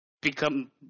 become